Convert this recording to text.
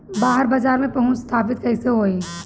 बाहर बाजार में पहुंच स्थापित कैसे होई?